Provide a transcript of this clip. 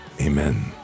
Amen